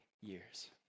years